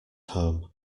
home